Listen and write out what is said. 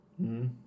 -hmm